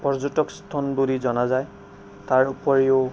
পৰ্যটক ইস্থান বুলি জনা যায় তাৰ উপৰিও